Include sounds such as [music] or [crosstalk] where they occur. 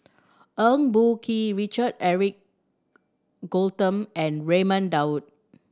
Eng Boh Kee Richard Eric [unintelligible] and Raman Daud